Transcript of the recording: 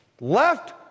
left